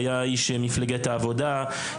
שהיה איש מפלגת העבודה,